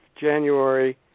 January